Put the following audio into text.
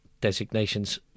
designations